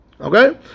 okay